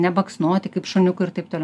nebaksnoti kaip šuniukui ir taip toliau